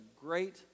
great